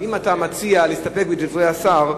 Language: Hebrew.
אם אתה מציע להסתפק בדברי השר,